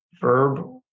verb